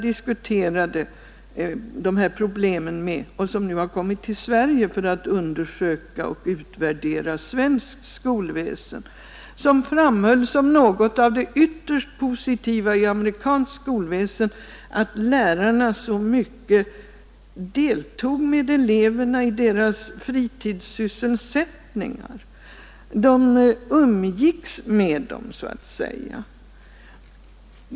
Denna forskare har nu kommit till Sverige för att undersöka och utvärdera svenskt skolväsen och framhöll som något av det ytterst positiva i amerikanskt skolväsen att lärarna så mycket deltog med eleverna i deras fritidssysselsättningar. De umgicks med dem helt enkelt.